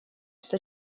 что